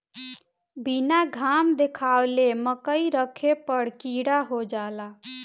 बीना घाम देखावले मकई रखे पर कीड़ा हो जाला